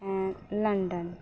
London